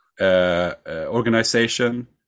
organization